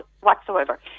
whatsoever